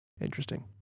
interesting